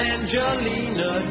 Angelina